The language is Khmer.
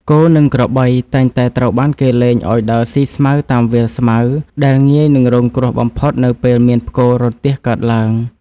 គោ និងក្របីតែងតែត្រូវបានគេលែងឱ្យដើរស៊ីស្មៅតាមវាលស្មៅដែលងាយនឹងរងគ្រោះបំផុតនៅពេលមានផ្គររន្ទះកើតឡើង។